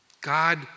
God